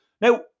Now